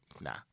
nah